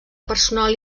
personal